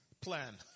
plan